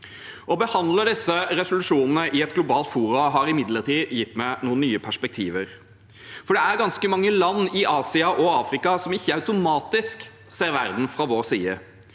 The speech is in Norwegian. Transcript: Å behandle disse resolusjonene i et globalt forum har imidlertid gitt meg noen nye perspektiver. Det er ganske mange land i Asia og Afrika som ikke automatisk ser verden fra vår side,